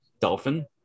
dolphin